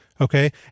okay